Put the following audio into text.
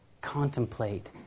contemplate